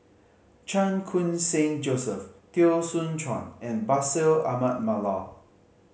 Chan Khun Sing Joseph Teo Soon Chuan and Bashir Ahmad Mallal